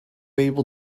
able